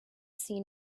seen